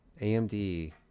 AMD